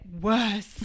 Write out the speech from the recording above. worse